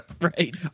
Right